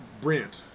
Brent